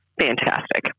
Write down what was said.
fantastic